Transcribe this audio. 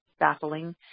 baffling